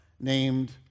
named